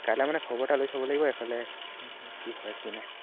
কাইলৈ মানে খবৰ এটা লৈ চাব লাগিব এফালে কি হয় কি নহ্